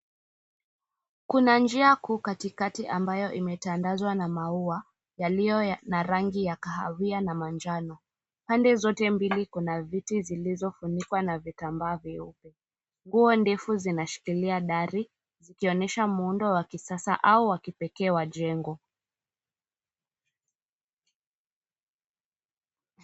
Kuna njia kuu katikati ambayo imetandazwa na maua yaliyo na rangi ya kahawia na manjano. Pande zote mbili kuna viti zilizofunikwa na vitambaa vyeupe. Nguo ndefu zinashikilia dari zikionyesha muundo wa kisasa au wa kipekee wa jengo.